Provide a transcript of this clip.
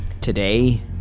Today